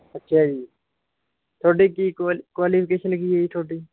ਅੱਛਾ ਜੀ ਤੁਹਾਡੀ ਕੀ ਕੁਆਲ ਕੁਆਲੀਫਿਕੇਸ਼ਨ ਕੀ ਹੈ ਜੀ ਤੁਹਾਡੀ